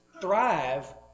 thrive